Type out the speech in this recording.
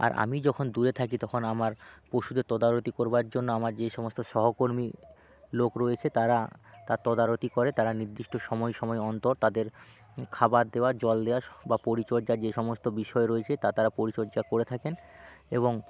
আর আমি যখন দূরে থাকি তখন আমার পশুদের তদারকি করবার জন্য আমার যে সমস্ত সহকর্মী লোক রয়েছে তারা তার তদারতি করে তারা নির্দিষ্ট সময় সময় অন্তর তাদের খাবার দেওয়া জল দেওয়া বা পরিচর্যার যে সমস্ত বিষয় রয়েছে তা তারা পরিচর্যা করে থাকেন এবং